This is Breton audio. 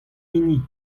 hini